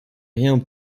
rien